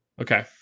Okay